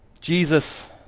Jesus